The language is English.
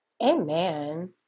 Amen